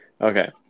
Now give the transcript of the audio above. Okay